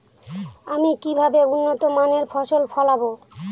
আমি কিভাবে উন্নত মানের ফসল ফলাব?